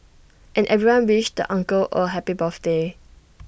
and everyone wished the uncle A happy birthday